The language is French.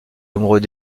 amoureux